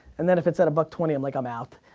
and then if it's at a buck twenty i'm like, i'm out.